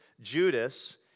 Judas